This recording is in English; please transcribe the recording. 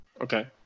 Okay